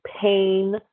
pain